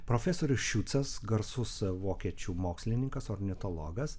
profesorius šiucas garsus vokiečių mokslininkas ornitologas